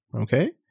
okay